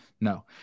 No